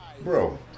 Bro